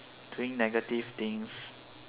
doing negative things